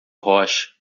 rocha